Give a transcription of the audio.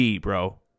bro